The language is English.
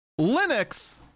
Linux